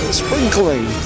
sprinkling